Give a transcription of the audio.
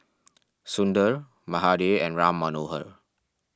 Sundar Mahade and Ram Manohar